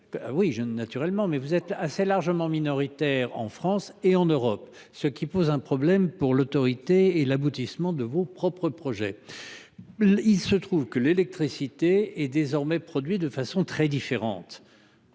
ne naturellement mais vous êtes assez largement minoritaire en France et en Europe, ce qui pose un problème pour l'autorité et l'aboutissement de vos propres projets. Il se trouve que l'électricité est désormais produit de façon très différente.